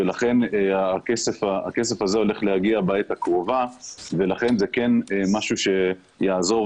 ולכן הכסף הזה הולך להגיע בעת הקרובה וזה כן משהו שיעזור